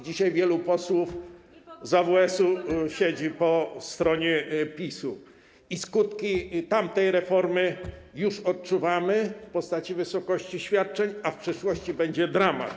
Dzisiaj wielu posłów z AWS-u siedzi po stronie PiS-u i skutki tamtej reformy już odczuwamy w postaci wysokości świadczeń, a w przyszłości będzie dramat.